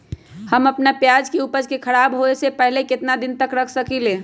हम अपना प्याज के ऊपज के खराब होबे पहले कितना दिन तक रख सकीं ले?